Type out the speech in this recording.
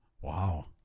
Wow